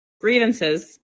grievances